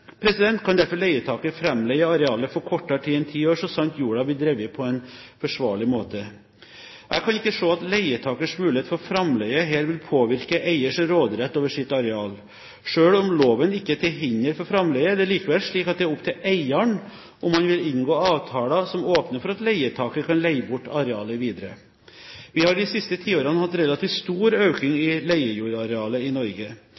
kan derfor leietaker framleie arealet for kortere tid enn ti år så sant jorda blir drevet på en forsvarlig måte. Jeg kan ikke se at leietakers mulighet for framleie her vil påvirke eiers råderett over sitt areal. Selv om loven ikke er til hinder for framleie, er det likevel slik at det er opp til eieren om han vil inngå avtaler som åpner for at leietaker kan leie bort arealet videre. Vi har de siste tiårene hatt relativt stor økning i leiejordarealet i Norge.